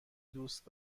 دوست